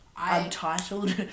Untitled